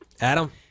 Adam